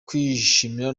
kwishimira